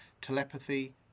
telepathy